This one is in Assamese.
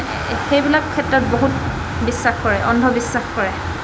সেইবিলাক ক্ষেত্ৰত বহুত বিশ্বাস কৰে অন্ধবিশ্বাস কৰে